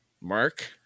Mark